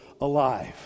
alive